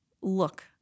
look